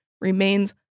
remains